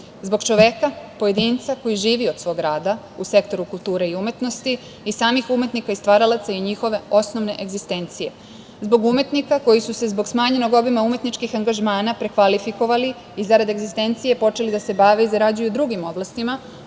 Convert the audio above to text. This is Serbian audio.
zbog čoveka, pojedinca koji živi od svog rada u sektoru kulture i umetnosti i samih umetnika i stvaralaca i njihove osnovne egzistencije; zbog umetnika koji su se zbog smanjenog obima umetničkih angažmana prekvalifikovali i zarad egzistencije počeli da se bave i zarađuju u drugim oblastima,